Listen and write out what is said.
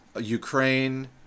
ukraine